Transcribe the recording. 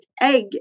egg